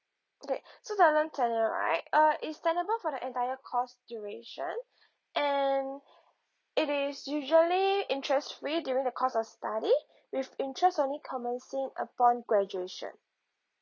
okay so right ah it's tenable for the entire course duration and it is usually interest free during the course of study with interest only commencing upon graduation